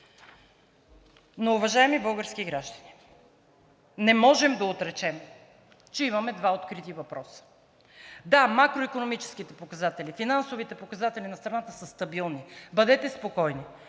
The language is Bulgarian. Но, уважаеми български граждани, не можем да отречем, че имаме два открити въпроса. Да, макроикономическите показатели, финансовите показатели на страната са стабилни – бъдете спокойни,